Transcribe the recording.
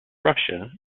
russia